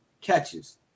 catches